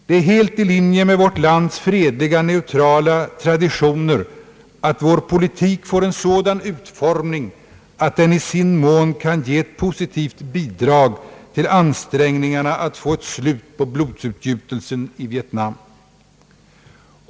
Det är helt i linje med vårt lands fredliga neutrala traditioner att vår politik får en sådan utformning att den i sin mån kan ge ett positivt bidrag till ansträngningarna att få slut på blodsutgjutelsen i Vietnam.